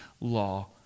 law